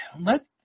let